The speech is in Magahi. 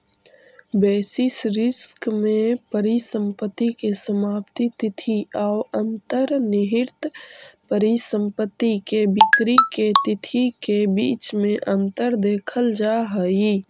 बेसिस रिस्क में परिसंपत्ति के समाप्ति तिथि औ अंतर्निहित परिसंपत्ति के बिक्री के तिथि के बीच में अंतर देखल जा हई